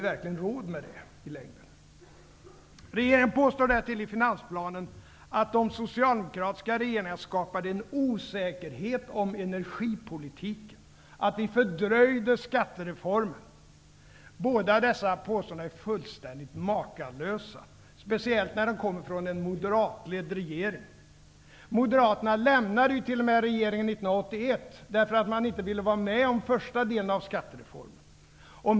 Regeringen påstår därtill i finansplanen att de socialdemokratiska regeringarna skapade osäkerhet om energipolitiken och fördröjde skattereformen. Båda dessa påståenden är fullständigt makalösa, speciellt när de kommer från en moderatledd regering. Moderaterna lämnade ju t.o.m. regeringen 1981, därför att man inte ville vara med om första delen av skattereformen.